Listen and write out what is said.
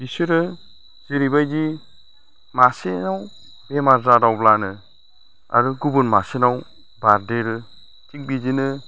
बिसोरो जेरैबायदि मासेनाव बेमार जादावब्लानो आरो गुबुन मासेनाव बारदेरो थिग बिदिनो